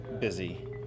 busy